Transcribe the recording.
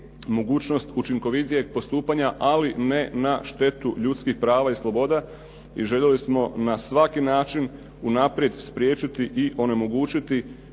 mogućnost učinkovitijeg postupanja, ali ne na štetu ljudskih prava i sloboda i željeli smo na svaki način unaprijed spriječiti i onemogućiti